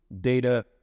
Data